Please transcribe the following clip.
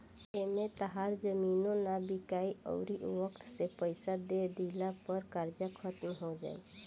एमें तहार जमीनो ना बिकाइ अउरी वक्त से पइसा दे दिला पे कर्जा खात्मो हो जाई